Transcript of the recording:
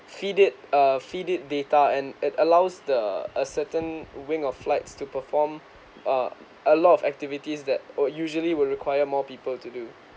feed it uh feed it data and it allows the a certain wing of flights to perform uh a lot of activities that uh usually will require more people to do